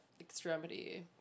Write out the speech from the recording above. extremity